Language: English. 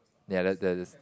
ya